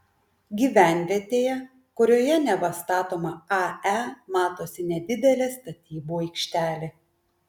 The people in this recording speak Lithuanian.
gyvenvietėje kurioje neva statoma ae matosi nedidelė statybų aikštelė